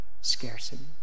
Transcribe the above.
scarcity